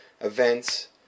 events